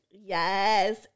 Yes